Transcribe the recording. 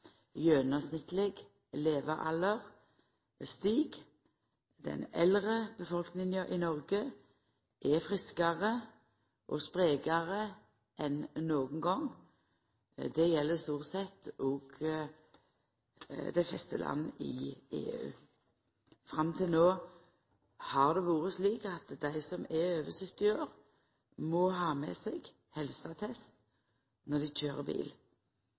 Gjennomsnittleg levealder stig. Den eldre befolkninga i Noreg er friskare og sprekare enn nokon gong. Dette gjeld stort sett òg dei fleste landa i EU. Fram til no har det vore slik at dei som er over 70 år, må ha med seg helseattest når dei køyrer bil.